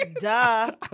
duh